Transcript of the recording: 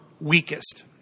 weakest